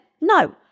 no